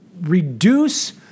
reduce